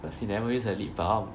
because you never use your lip balm